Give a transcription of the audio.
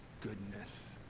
goodness